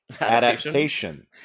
adaptation